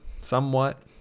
somewhat